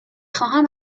خواهم